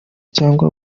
cyangwa